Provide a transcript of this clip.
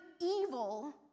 evil